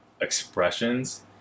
expressions